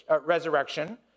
resurrection